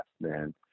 man